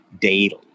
daily